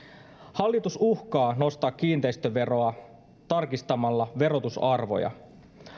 hallitus uhkaa nostaa kiinteistöveroa tarkistamalla verotusarvoja